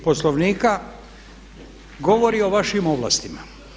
Poslovnika govori o vašim ovlastima.